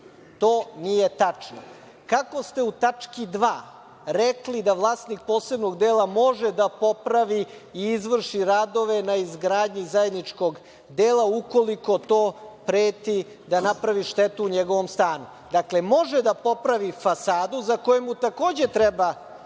To nije tačno. Kako ste u tački 2) rekli da vlasnik posebnog dela može da popravi i izvrši radove na izgradnji zajedničkog dela ukoliko to preti da napravi štetu njegovom stanu. Dakle, može da popravi fasadu, za koju mu takođe treba